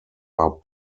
are